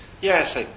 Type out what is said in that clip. Yes